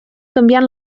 canviant